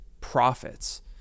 profits